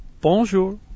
Bonjour